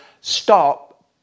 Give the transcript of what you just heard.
stop